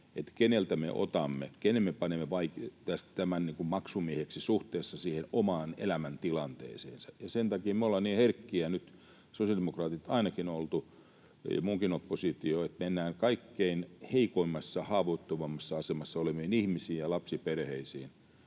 keneltä me otamme, ketkä me panemme maksumiehiksi suhteessa siihen omaan elämäntilanteeseensa. Sen takia ainakin me sosiaalidemokraatit olemme niin herkkiä nyt olleet, ja muukin oppositio, että nyt mennään kaikkein heikoimmassa ja haavoittuvimmassa asemassa oleviin ihmisiin ja lapsiperheisiin